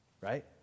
right